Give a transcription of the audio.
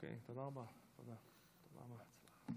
שים אותי פה ותשב באולם ותראה מה נעשה.